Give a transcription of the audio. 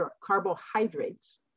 carbohydrates